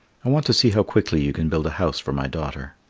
i want to see how quickly you can build a house for my daughter.